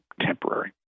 temporary